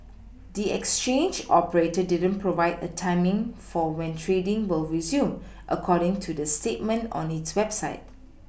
the exchange operator didn't provide a timing for when trading will resume according to the statement on its website